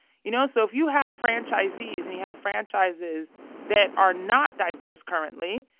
you know, so if you have franchisees and you have franchises that are not diverse currently,